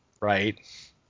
right